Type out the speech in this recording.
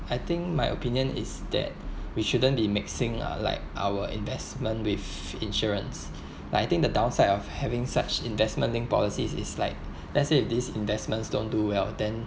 I think my opinion is that we shouldn't be mixing lah like our investment with insurance like I think the downside of having such investment linked policies is like let's say if these investments don't do well then